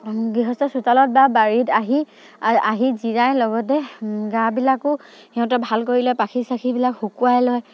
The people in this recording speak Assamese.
গৃহস্থ চোতালত বা বাৰীত আহি আহি জিৰাই লগতে গাবিলাকো সিহঁতৰ ভাল কৰি লয় পাখি চাখিবিলাক শুকুৱাই লয়